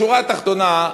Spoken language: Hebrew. בשורה התחתונה,